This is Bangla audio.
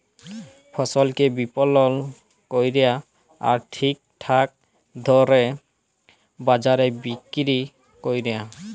ফসলকে বিপলল ক্যরা আর ঠিকঠাক দরে বাজারে বিক্কিরি ক্যরা